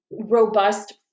robust